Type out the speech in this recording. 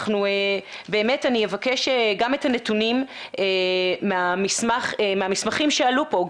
אני אבקש גם את הנתונים מהמסמכים שעלו פה,